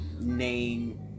name